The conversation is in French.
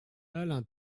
alain